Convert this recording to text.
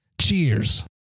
Cheers